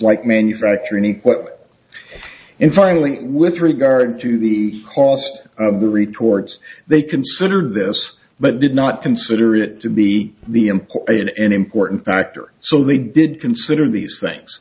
like manufacturing e what and finally with regard to the cost of the reports they considered this but did not consider it to be the important and important factor so they did consider these things